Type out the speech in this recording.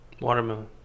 Watermelon